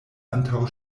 antaŭ